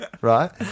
right